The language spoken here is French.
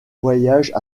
voyagent